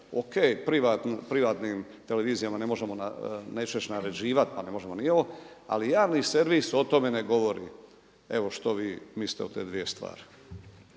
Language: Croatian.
o.k., privatnim televizijama ne možemo neću reći naređivati pa ne možemo ni ovo, ali javni servis o tome ne govori. Evo što vi mislite o te dvije stvari?